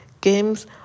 games